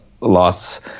loss